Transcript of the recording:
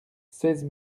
seize